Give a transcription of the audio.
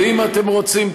ואם אתם רוצים,